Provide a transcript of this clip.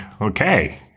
okay